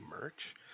merch